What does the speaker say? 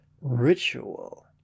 Ritual